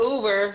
Uber